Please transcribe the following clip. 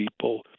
people